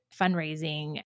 fundraising